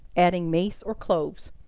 adding mace or cloves.